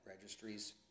registries